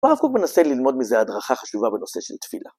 הרב קוק מנסה ללמוד מזה הדרכה חשובה בנושא של תפילה.